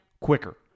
quicker